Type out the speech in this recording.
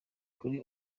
kuri